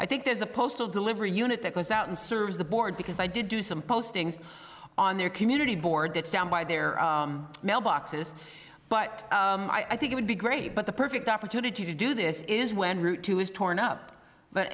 i think there's a postal delivery unit that goes out and serves the board because i did do some postings on their community board that's down by their mailboxes but i think it would be great but the perfect opportunity to do this is when route two is torn up but